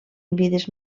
mides